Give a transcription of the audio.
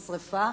פרצה שרפה.